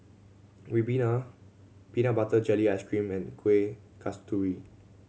ribena peanut butter jelly ice cream and Kuih Kasturi